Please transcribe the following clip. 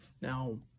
now